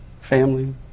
family